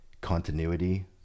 continuity